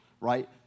right